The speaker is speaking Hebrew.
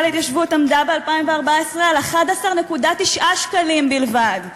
להתיישבות עמדה ב-2014 על 11.9 שקלים בלבד.